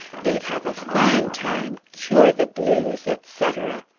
they'd have a fine time! cure the blues! etc.